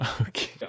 Okay